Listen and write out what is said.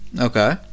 okay